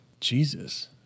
Jesus